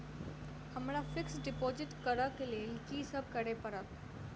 हमरा fix deposit करऽ केँ लेल की सब करऽ पड़त?